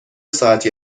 ساعتی